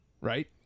right